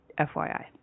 FYI